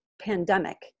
pandemic